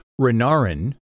Renarin